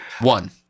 One